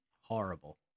Horrible